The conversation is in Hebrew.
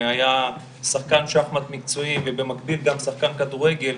והיה שחקן שחמט מקצועי, ובמקביל גם שחקן כדורגל,